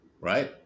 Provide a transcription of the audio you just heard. Right